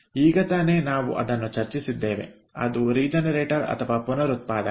ಈಗ ತಾನೆ ನಾವು ಅದನ್ನು ಚರ್ಚಿಸಿದ್ದೇವೆ ಅದು ರೀಜನರೇಟರ್ಪುನರುತ್ಪಾದಕ